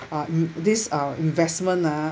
uh you this uh investment lah